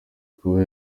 kuba